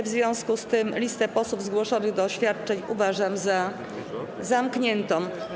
W związku z tym listę posłów zgłoszonych do oświadczeń uważam za zamkniętą.